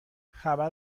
خبر